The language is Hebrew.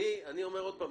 אני אומר עוד פעם,